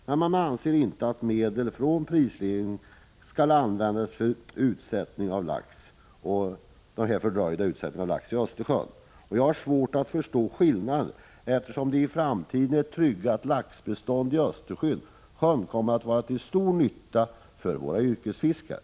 Men man anser inte att medel från prisregleringen skall användas för den fördröjda utsättningen av lax i Östersjön. Jag har svårt att förstå skillnaden, eftersom ett i framtiden tryggat laxbestånd i Östersjön kommer att vara till Prot. 1985/86:140 stor nytta för våra yrkesfiskare.